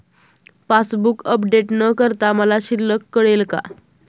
Passbook update न करता मला शिल्लक कळेल का?